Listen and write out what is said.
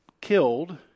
killed